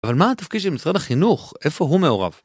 אבל מה התפקיד של משרד החינוך? איפה הוא מעורב?